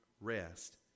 rest